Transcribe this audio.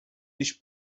nicht